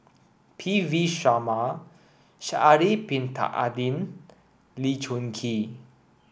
P V Sharma Sha'ari bin Tadin Lee Choon Kee